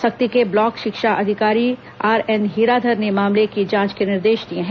सक्ती के ब्लॉक शिक्षा अधिकारी आरएन हीराधर ने मामले की जांच के निर्देश दिए हैं